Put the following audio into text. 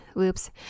Oops